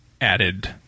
added